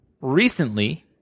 Recently